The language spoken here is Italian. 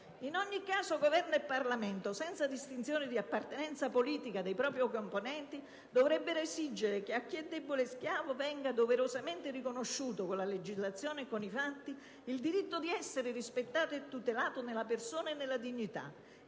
In ogni caso Governo e Parlamento, senza distinzione di appartenenza politica dei propri componenti, dovrebbero esigere che a chi è debole e schiavo venga doverosamente riconosciuto, con la legislazione e con i fatti, il diritto di essere rispettato e tutelato nella persona e nella dignità